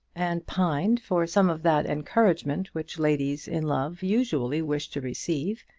and pined for some of that encouragement which ladies in love usually wish to receive,